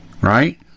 right